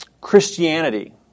Christianity